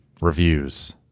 reviews